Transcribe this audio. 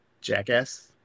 jackass